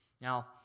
Now